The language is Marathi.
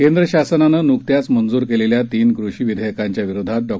केंद्र शासनानं नुकत्याच मंजूर केलेल्या तीन कृषी विधेयकांच्या विरोधात डॉ